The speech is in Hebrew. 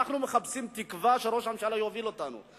אנחנו מחפשים תקווה שראש הממשלה יוביל אותנו בה.